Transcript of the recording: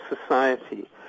society